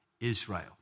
Israel